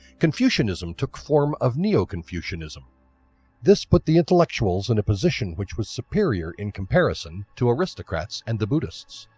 confucianism took form of neo-confucianism this put the intellectuals in a position which was superior in comparison to aristocrats and the buddhists.